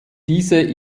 diese